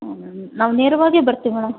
ಹ್ಞೂ ಮೇಡಮ್ ನಾವು ನೇರವಾಗೇ ಬರ್ತೀವಿ ಮೇಡಮ್